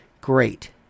Great